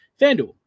FanDuel